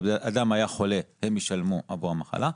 אדם היה חולה, הם ישלמו עבור המחלה.